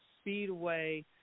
Speedway